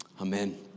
Amen